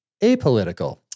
apolitical